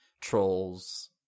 trolls